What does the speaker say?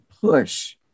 push